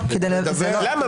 למה?